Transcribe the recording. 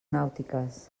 nàutiques